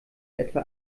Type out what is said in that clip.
etwa